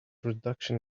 reduction